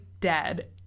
dead